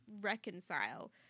reconcile